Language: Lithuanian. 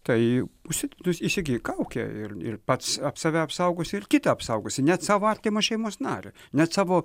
tai užsi įsigyk kaukę ir ir pats save apsaugosi ir kitą apsaugosi net savo artimą šeimos narį net savo